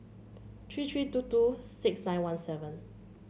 three three two two six nine one seven